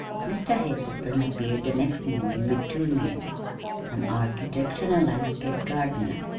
mr. hazelton appeared the next morning with two men an architect and a landscape gardener.